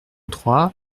trois